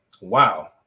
Wow